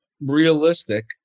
realistic